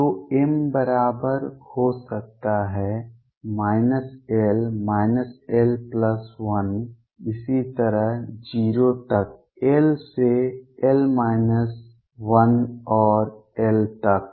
तो m बराबर हो सकता है l l 1 इसी तरह 0 तक l से l 1 और l तक